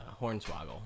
Hornswoggle